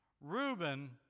Reuben